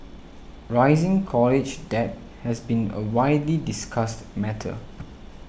rising college debt has been a widely discussed matter